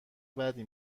بدی